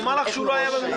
הוא אמר לך שהוא לא היה במשרד.